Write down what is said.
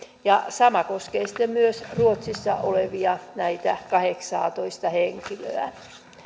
sama koskee sitten myös näitä ruotsissa olevia kahdeksaatoista henkilöä